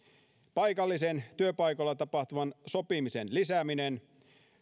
paikallisen työpaikoilla tapahtuvan sopimisen lisäämistä